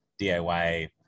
diy